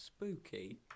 spooky